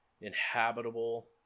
inhabitable